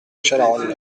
chalaronne